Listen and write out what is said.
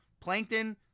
Plankton